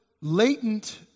latent